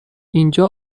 اینجا